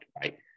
right